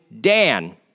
Dan